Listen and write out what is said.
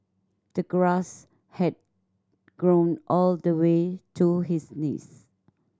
the grass had grown all the way to his knees